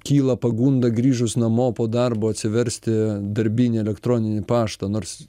kyla pagunda grįžus namo po darbo atsiversti darbinį elektroninį paštą nors